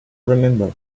remember